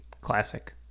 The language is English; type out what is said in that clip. Classic